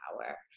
power